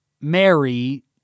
Mary